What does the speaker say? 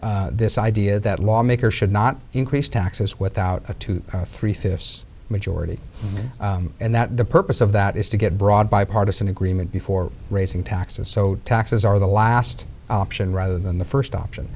this idea that lawmakers should not increase taxes without a two or three fifths majority and that the purpose of that is to get broad bipartisan agreement before raising taxes so taxes are the last option rather than the first option